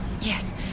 Yes